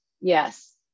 yes